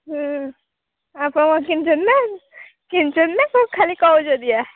ହୁଁ ଆଉ କ'ଣ ନା ଚିହ୍ନୁଛନ୍ତି ନା ସେମିତି କହୁଛନ୍ତି ବା